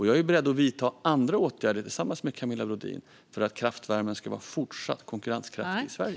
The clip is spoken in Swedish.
Jag är beredd att vidta andra åtgärder, tillsammans med Camilla Brodin, för att kraftvärmen ska fortsätta att vara konkurrenskraftig i Sverige.